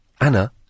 anna